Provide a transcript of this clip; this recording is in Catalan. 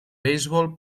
beisbol